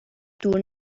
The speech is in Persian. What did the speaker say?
دور